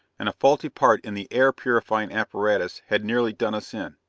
and a faulty part in the air-purifying apparatus had nearly done us in.